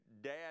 Dad